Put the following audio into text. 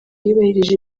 yubahirije